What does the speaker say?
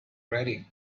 ready